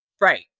Right